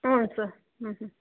ಹಾಂ ಸರ್ ಹ್ಞೂ ಹ್ಞೂ